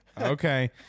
Okay